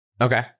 Okay